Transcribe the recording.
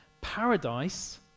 paradise